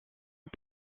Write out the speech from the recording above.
aux